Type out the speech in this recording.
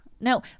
No